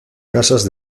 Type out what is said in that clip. casas